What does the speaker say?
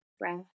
Breath